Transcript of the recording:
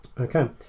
Okay